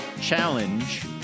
Challenge